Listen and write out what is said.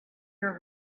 your